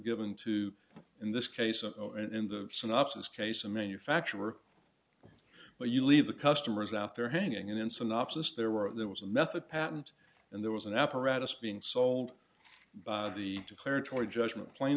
given to in this case and in the synopses case a manufacturer but you leave the customers out there hanging and synopsis there were there was a method patent and there was an apparatus being sold by the declaratory judgment pla